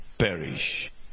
perish